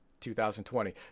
2020